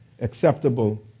acceptable